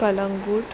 Calangute